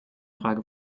frage